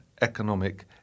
economic